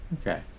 Okay